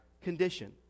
condition